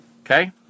Okay